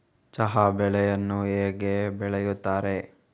ಚಹಾ ಬೆಳೆಯನ್ನು ಹೇಗೆ ಬೆಳೆಯುತ್ತಾರೆ?